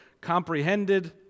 comprehended